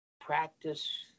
Practice